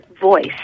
voice